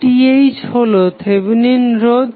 RTh হলো Thevenin রোধ